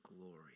glory